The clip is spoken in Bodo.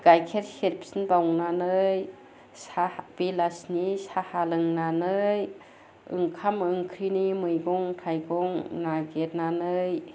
गाइखेर सेरफिनबावनानै बेलासिनि साहा लोंनानै ओंखाम ओंख्रिनि मैगं थाइगं नागिरनानै